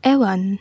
Ewan